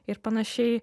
ir panašiai